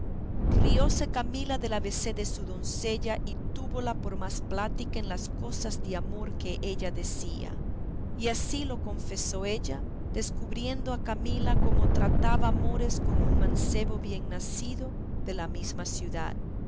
honra rióse camila del abc de su doncella y túvola por más plática en las cosas de amor que ella decía y así lo confesó ella descubriendo a camila como trataba amores con un mancebo bien nacido de la mesma ciudad